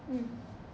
mm